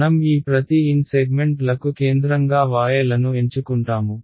మనం ఈ ప్రతి n సెగ్మెంట్లకు కేంద్రంగా y లను ఎంచుకుంటాము